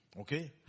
Okay